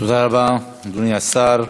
תודה רבה, אדוני השר.